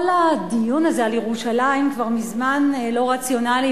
כל הדיון הזה על ירושלים כבר מזמן לא רציונלי,